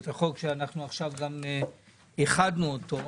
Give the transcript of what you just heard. את החוק שאנחנו עכשיו גם איחדנו אותו.